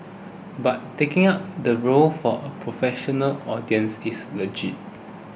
but taking up the role of a professional audience is legit